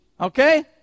Okay